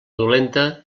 dolenta